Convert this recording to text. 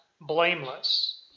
blameless